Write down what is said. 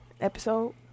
episode